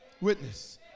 witness